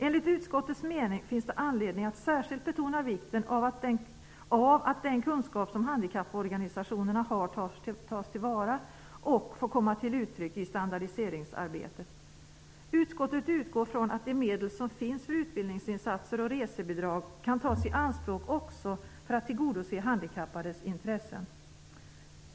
Enligt utskottets mening finns det anledning att särskilt betona vikten av att den kunskap som handikapporganisationerna har tas till vara och får komma till uttryck i standardiseringsarbetet. Utskottet utgår från att de medel som finns för utbildningsinsatser och resebidrag kan tas i anspråk också för att tillgodose handikappades intressen.